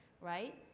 right